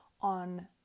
on